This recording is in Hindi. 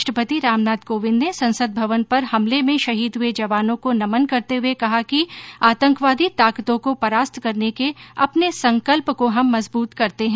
राष्ट्रपति रामनाथ कोविंद ने संसद भवन पर हमले में शहीद हये जवानों को नमन करते हुए कहा कि आतंकवादी ताकतों को परास्त करने के अपने संकल्प को हम मजबूत करते हैं